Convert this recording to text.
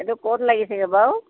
এইটো ক'ত লাগিছেগৈ বাৰু